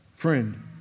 Friend